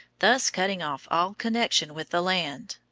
thus cutting off all connection with the land.